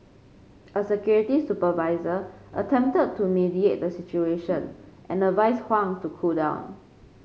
a security supervisor attempted to mediate the situation and advised Huang to cool down